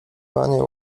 wanie